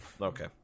Okay